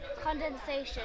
Condensation